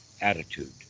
attitude